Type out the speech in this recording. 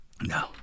No